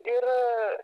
ir a